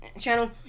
channel